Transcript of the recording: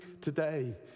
today